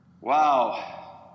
Wow